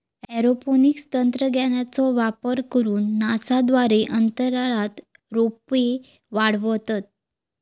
aeroponics तंत्रज्ञानाचो वापर करून नासा द्वारे अंतराळात रोपे वाढवतत